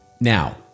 now